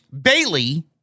Bailey